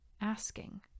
asking